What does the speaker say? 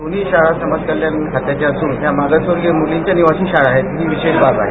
दोन्ही शाळा समाजकल्याण खात्याच्या असून या मागासवर्गीय मुलींच्या निवासी शाळा आहेत ही विशेष बाब आहे